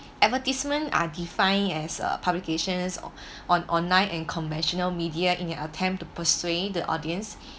advertisement are defined as a publications on on online and conventional media in an attempt to persuade the audience